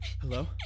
Hello